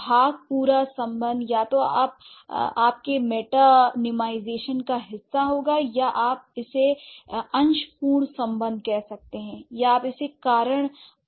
भाग पूरा सम्बंध या तो आप के मेटानीमाईजेशन का हिस्सा होगा या आप इसे अंश पूर्ण सम्बंध कहते हैं या आप इसे कारण प्रभाव सम्बंध कह सकते हैं